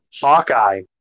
Hawkeye